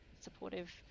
supportive